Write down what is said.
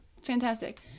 Fantastic